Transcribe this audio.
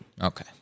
Okay